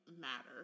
matter